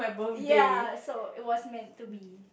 ya so it was meant to be